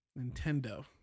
Nintendo